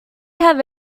have